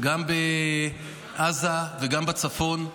גם בעזה וגם בצפון,